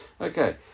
okay